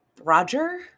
Roger